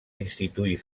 instituir